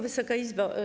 Wysoka Izbo!